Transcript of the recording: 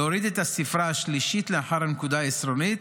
להוריד את הספרה השלישית לאחר הנקודה העשרונית.